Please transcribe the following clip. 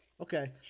Okay